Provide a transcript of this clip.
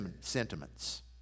sentiments